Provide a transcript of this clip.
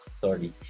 Sorry